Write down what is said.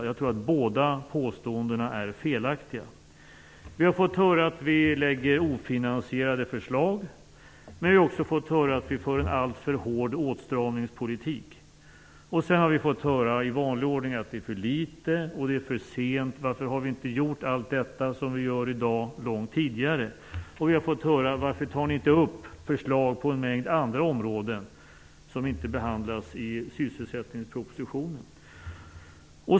Jag tror att båda påståendena är felaktiga. Vi har fått höra att vi lägger fram ofinansierade förslag. Men vi har också fått höra att vi för en alltför hård åtstramningspolitik. Sedan har vi i vanlig ordning fått höra att det är för litet och för sent. Man frågar varför vi inte långt tidigare har gjort allt detta som vi gör i dag. Vi har fått frågan: Varför tar ni inte upp förslag på en mängd andra områden som inte behandlas i sysselsättningspropositionen?